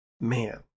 Man